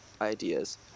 ideas